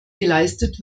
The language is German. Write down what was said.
geleistet